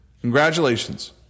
Congratulations